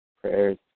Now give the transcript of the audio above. Prayers